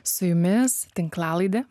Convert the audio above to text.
su jumis tinklalaidė